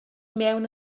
mewn